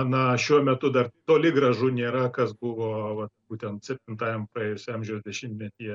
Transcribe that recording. na šiuo metu dar toli gražu nėra kas buvo vat būtent septintajam praėjusio amžiaus dešimtmetyje